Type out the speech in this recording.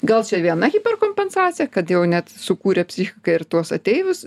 gal čia viena hiperkompensacija kad jau net sukūrė psichika ir tuos ateivius